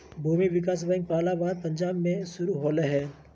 भूमि विकास बैंक पहला बार पंजाब मे शुरू होलय हल